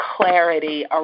clarity